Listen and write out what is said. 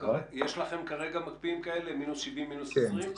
יש לכם כרגע מקפיאים כאלה מינוס 70-מינוס 20?